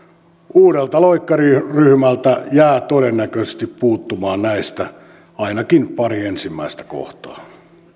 uudelta loikkariryhmältä jää todennäköisesti puuttumaan näistä ainakin pari ensimmäistä kohtaa